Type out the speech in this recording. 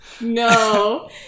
No